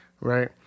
right